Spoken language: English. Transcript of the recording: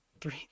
three